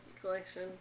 collection